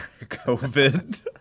COVID